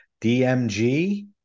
DMG